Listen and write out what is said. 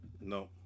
no